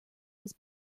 was